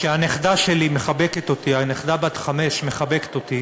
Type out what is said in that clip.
כשהנכדה שלי מחבקת אותי, הנכדה בת החמש מחבקת אותי